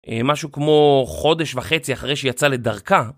משהו כמו חודש וחצי אחרי שהיא יצאה לדרכה.